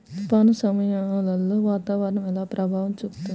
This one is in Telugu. తుఫాను సమయాలలో వాతావరణం ఎలా ప్రభావం చూపుతుంది?